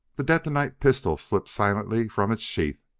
the detonite pistol slipped silently from its sheath.